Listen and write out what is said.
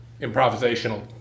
improvisational